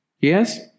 Yes